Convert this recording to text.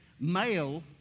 male